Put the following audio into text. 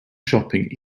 shopping